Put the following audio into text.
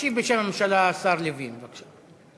ישיב בשם הממשלה השר לוין, בבקשה.